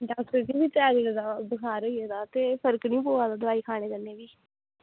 अ doctor ji बुखार होई गेदा ते फर्क निं पवा दा दोआई खानै कन्नै